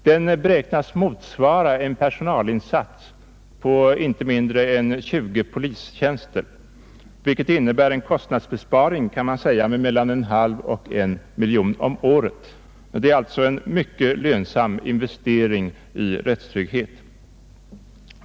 Den beräknas motsvara en personalinsats av inte mindre än 20 polistjänster, vilket innebär en kostnadsbesparing på mellan en halv och en miljon kronor om året. Det är alltså en mycket lönsam investering i rättstrygghet.